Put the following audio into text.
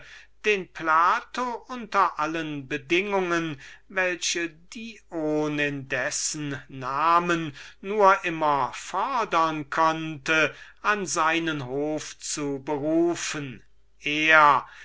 den plato unter allen bedingungen welche ihm sein freund dion nur immer anbieten wollte an seinen hof zu berufen er